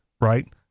Right